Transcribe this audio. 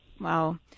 Wow